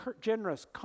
generous